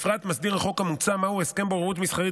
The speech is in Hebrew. בפרט מסדיר החוק המוצע מהו הסכם בוררות מסחרית